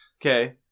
Okay